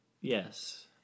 Yes